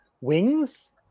wings